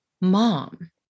mom